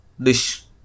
dish